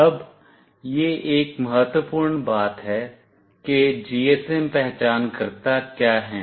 अब यह एक महत्वपूर्ण बात है कि GSM पहचानकर्ता क्या हैं